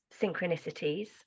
synchronicities